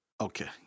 Okay